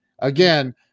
Again